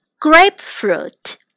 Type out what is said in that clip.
Grapefruit